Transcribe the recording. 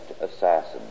assassin